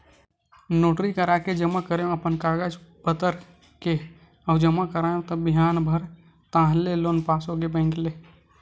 notary कराके जमा करेंव अपन कागज पतर के अउ जमा कराएव त बिहान भर ताहले लोन पास होगे बेंक ले